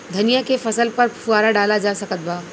धनिया के फसल पर फुहारा डाला जा सकत बा?